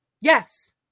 Yes